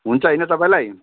हुन्छ होइन तपाईँलाई